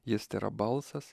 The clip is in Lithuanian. jis tėra balsas